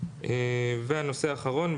והנושא האחרון,